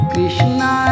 Krishna